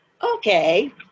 Okay